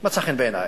מצא חן בעיני.